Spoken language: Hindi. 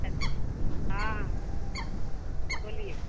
हेलो हाँ बोलिए